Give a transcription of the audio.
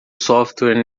software